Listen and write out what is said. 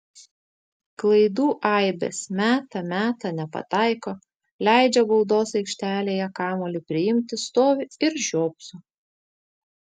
klaidų aibės meta meta nepataiko leidžia baudos aikštelėje kamuolį priimti stovi ir žiopso